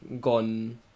gone